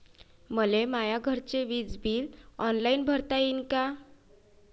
मले माया घरचे विज बिल ऑनलाईन भरता येईन का?